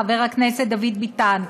חבר הכנסת דוד ביטן,